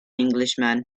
englishman